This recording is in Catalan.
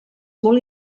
molt